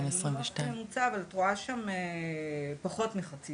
זה לא ממוצע אבל את רואה שם פחות מחצי